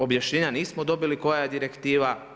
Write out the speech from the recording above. Objašnjenja nismo dobili koja je direktiva.